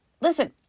Listen